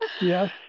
Yes